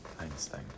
Einstein